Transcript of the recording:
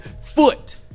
foot